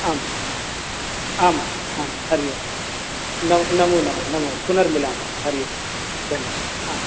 आम् आम् आं हरिः ओं नमो नमो नमः पुर्नमिलामः हरिः ओं धन्यवादः आम्